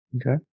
Okay